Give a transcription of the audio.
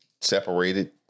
separated